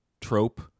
trope